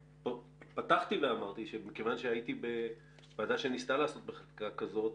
פתחתי ואמרתי שהייתי בוועדה שניסתה לעסוק בחקיקה כזאת,